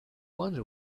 wonder